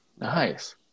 Nice